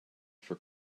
for